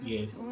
Yes